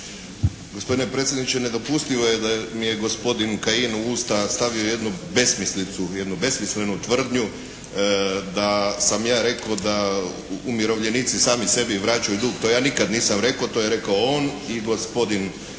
Gospodine predsjedniče, nedopustivo da mi je gospodin Kajin u usta stavio jednu besmislicu, jednu besmislenu tvrdnju da sam ja rekao da umirovljenici sami sebi vraćaju dug. To ja nikad nisam rekao, to je rekao on i gospodin Stazić.